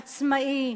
עצמאי,